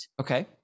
Okay